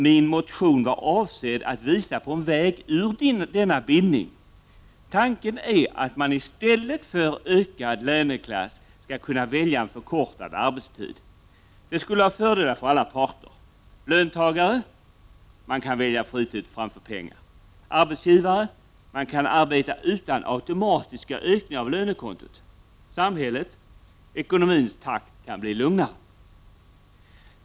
Min motion var avsedd att visa på en väg ut ur denna bindning. Tanken är att man i stället för ökad löneklass skall kunna välja en förkortad arbetstid. Detta skulle ha fördelar för alla parter: Löntagare kan välja fritid framför pengar. Arbetsgivare kan arbeta utan automatiska ökningar av lönekontot. Samhällets ekonomiska takt kan bli lugnare.